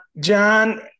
John